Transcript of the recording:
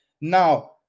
Now